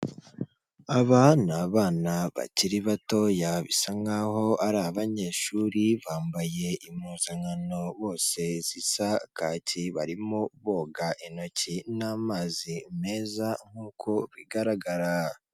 Aba ni abana bakiri batoya, bisa nk'aho ari abanyeshuri, bambaye impuzankano bose zisa kaki, barimo boga intoki n'amazi meza nk'uko bigaragara.